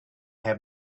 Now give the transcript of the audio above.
have